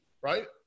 right